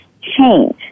change